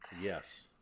Yes